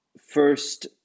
first